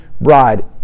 bride